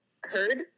heard